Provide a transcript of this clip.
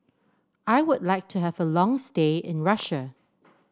I would like to have a long stay in Russia